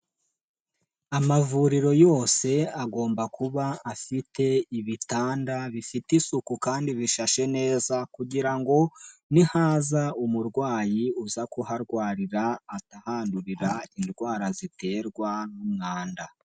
Amavuriro yose agomba kuba afite ibitanda bifite isuku kandi bishashe neza kugira ngo nihaza umurwayi uza kuharwarira atahandurira indwara ziterwa n'umwanda.